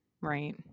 right